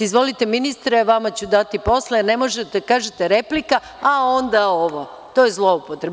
Izvolite ministre, vama ću dati posle, a ne možete da kažete replika, a onda ovo, to je zloupotreba.